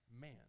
man